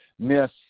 miss